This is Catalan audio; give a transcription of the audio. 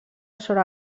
sobre